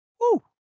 Woo